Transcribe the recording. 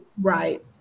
Right